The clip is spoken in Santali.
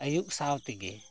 ᱟᱹᱭᱩᱵ ᱥᱟᱶ ᱛᱮᱜᱮ